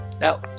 Now